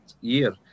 year